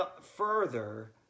further